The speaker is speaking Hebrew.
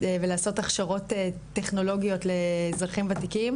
ולעשות הכשרות טכנולוגיות לאזרחים וותיקים